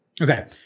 Okay